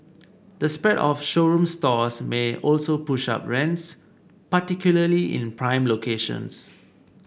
the spread of showroom stores may also push up rents particularly in prime locations